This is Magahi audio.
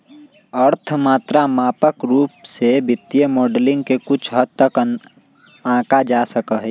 अर्थ मात्रात्मक रूप से वित्तीय मॉडलिंग के कुछ हद तक आंका जा सका हई